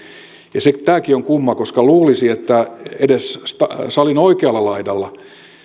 ja tämäkin on kumma koska luulisi että edes salin oikealla laidalla